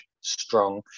strong